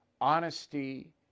honesty